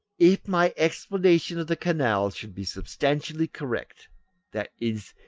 if my explanation of the canals should be substantially correct that is,